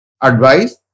advice